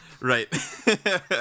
Right